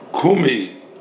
Kumi